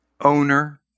owner